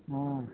ಹಾಂ